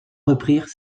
reprirent